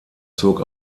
zog